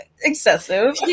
excessive